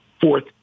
fourth